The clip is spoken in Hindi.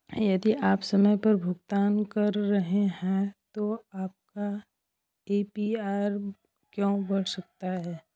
यदि आप समय पर भुगतान कर रहे हैं तो आपका ए.पी.आर क्यों बढ़ जाता है?